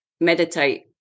meditate